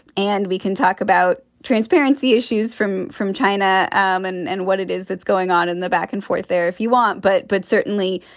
and we can talk about transparency issues from. from china and and what it is that's going on in the back and forth there, if you want. but but certainly,